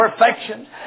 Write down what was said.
perfection